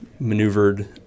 Maneuvered